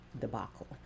debacle